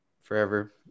forever